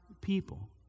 people